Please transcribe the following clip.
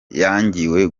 yangiwe